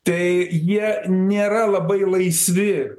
tai jie nėra labai laisvi